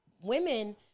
women